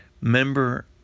member